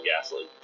gasoline